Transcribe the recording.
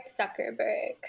zuckerberg